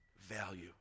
value